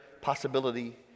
possibility